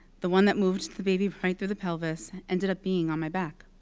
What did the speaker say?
the one that moved the baby right through the pelvis, ended up being on my back.